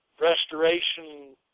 restoration